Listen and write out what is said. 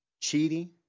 cheating